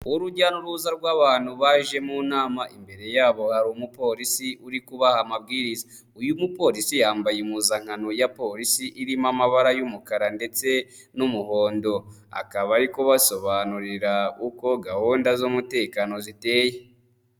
Urujya n'uruza rw'abantu baje mu nama imbere yabo hari umupolisi uri kubaha amabwiriza. Uyu mupolisi yambaye impuzankano ya polisi irimo amabara y'umukara, ndetse n'umuhondo. Akaba arikubasobanurira uko gahunda z'umutekano ziteye.